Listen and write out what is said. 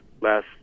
last